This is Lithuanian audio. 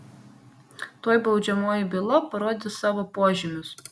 tuoj baudžiamoji byla parodys savo požymius